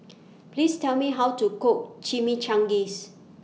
Please Tell Me How to Cook Chimichangas